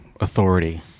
authority